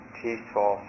peaceful